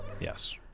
Yes